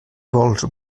vols